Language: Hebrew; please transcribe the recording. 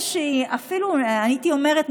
הייתי אומרת,